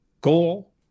goal